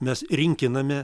mes rinkiname